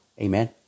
amen